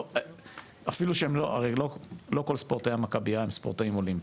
לא כל ספורטאי המכביה הם ספורטאים אולימפיים,